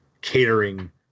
catering